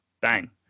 bang